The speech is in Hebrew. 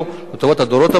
לטובת הדורות הבאים.